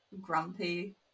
grumpy